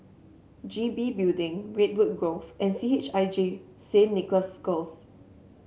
G B Building Redwood Grove and C H I J Saint Nicholas Girls